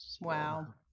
Wow